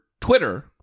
twitter